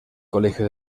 colegio